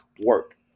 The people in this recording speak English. work